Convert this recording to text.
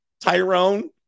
Tyrone